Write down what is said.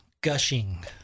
Gushing